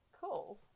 Cool